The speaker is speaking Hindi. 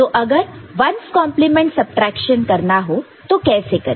तो अगर 1's कॉन्प्लीमेंट सब ट्रैक्शन करना हो तो कैसे करें